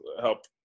Help